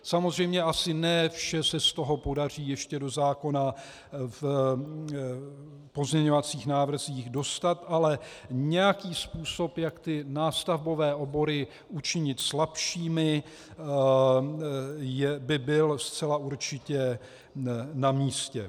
Samozřejmě asi ne vše z toho se podaří ještě do zákona v pozměňovacích návrzích dostat, ale nějaký způsob, jak ty nástavbové obory učinit slabšími, by byl zcela určitě na místě.